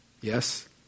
Yes